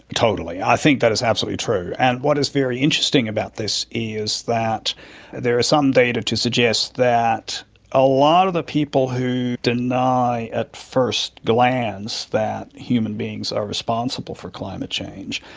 totally, i think that is absolutely true. and what is very interesting about this is that there are some data to suggest that a lot of the people who deny at first glance that human beings are responsible for climate change,